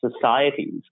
societies